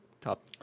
top